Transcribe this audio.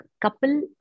couple